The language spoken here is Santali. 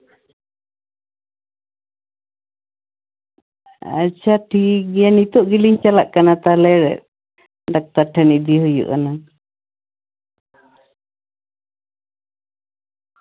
ᱟᱪᱪᱷᱟ ᱴᱷᱤᱠᱜᱮᱭᱟ ᱱᱤᱛᱳᱜ ᱜᱮᱞᱤᱧ ᱪᱟᱞᱟᱜ ᱠᱟᱱᱟ ᱛᱟᱦᱞᱮ ᱰᱟᱠᱛᱟᱨ ᱴᱷᱮᱱ ᱤᱫᱤ ᱦᱩᱭᱩᱜᱼᱟ ᱱᱟᱝ